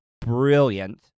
brilliant